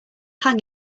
hang